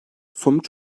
sonuç